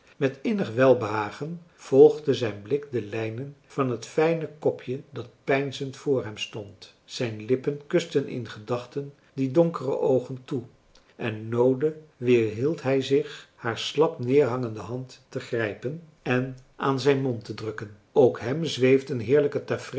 met innig welbehagen volgde zijn blik de lijnen van het fijne kopje dat peinzend voor hem stond zijn lippen kusten in gedachten die donkere oogen toe en noode weerhield hij zich haar slap neerhangende hand te grijpen en aan zijn mond te drukken ook hem zweefden heerlijke